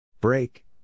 Break